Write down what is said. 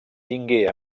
tingué